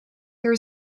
there